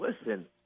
listen